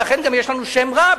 ולכן גם יש לנו שם רע,